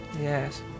Yes